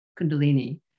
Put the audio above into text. kundalini